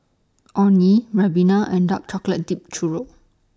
Orh Nee Ribena and Dark Chocolate Dipped Churro